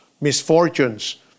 misfortunes